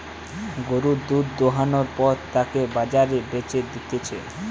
গরুর দুধ দোহানোর পর তাকে বাজারে বেচে দিতেছে